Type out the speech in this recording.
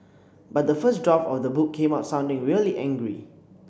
but the first draft of the book came out sounding really angry